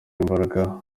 imbaraga